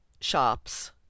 shops